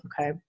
okay